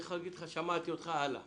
יכולתי להגיד לך: שמעתי אותך, הלאה.